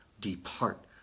depart